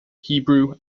hebrew